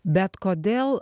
bet kodėl